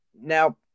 Now